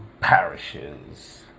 parishes